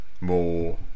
more